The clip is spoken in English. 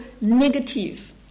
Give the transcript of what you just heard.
negative